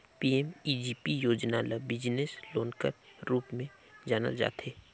PMEGP योजना ल business loan कर रूप में जानल जाथे